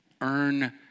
earn